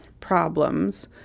problems